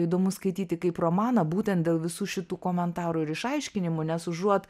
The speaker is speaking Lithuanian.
įdomu skaityti kaip romaną būtent dėl visų šitų komentarų ir išaiškinimų nes užuot